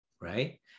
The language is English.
right